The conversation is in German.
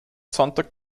sonntag